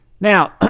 Now